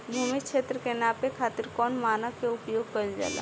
भूमि क्षेत्र के नापे खातिर कौन मानक के उपयोग कइल जाला?